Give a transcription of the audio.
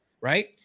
right